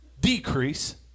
decrease